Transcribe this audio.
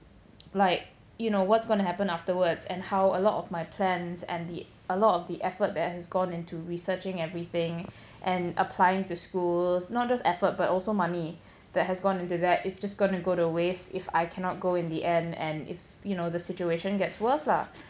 like you know what's going to happen afterwards and how a lot of my plans and the a lot of the effort that has gone into researching everything and applying to schools not just effort but also money that has gone into that it's just gonna go to waste if I cannot go in the end and if you know the situation gets worse lah